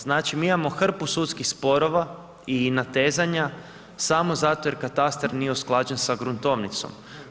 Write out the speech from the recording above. Znači, mi imamo hrpu sudskih sporova i natezanja samo zato jer katastar nije usklađen sa gruntovnicom.